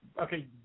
okay